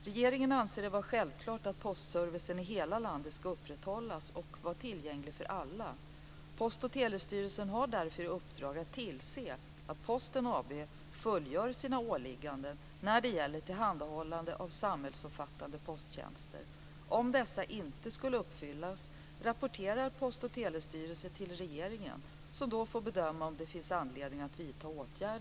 Regeringen anser det vara självklart att postservicen i hela landet ska upprätthållas och vara tillgänglig för alla. Post och telestyrelsen har därför i uppdrag att tillse att Posten AB fullgör sina åligganden när det gäller tillhandahållandet av samhällsomfattande posttjänster. Om dessa inte skulle uppfyllas rapporterar Post och telestyrelsen till regeringen som då bedömer om det finns anledning att vidta åtgärder.